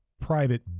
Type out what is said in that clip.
private